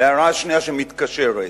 שמתקשרת.